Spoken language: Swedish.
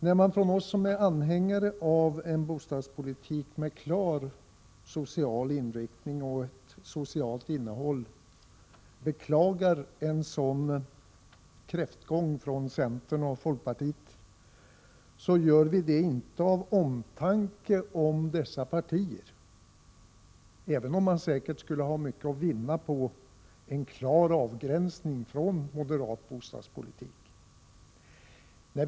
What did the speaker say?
När vi som är anhängare av en bostadspolitik med en klar social inriktning och ett socialt innehåll beklagar en sådan kräftgång som centerns och folkpartiets, gör vi det inte av omtanke om dessa partier, även om de säkert skulle ha mycket att vinna på en klar avgränsning från moderat bostadspolitik.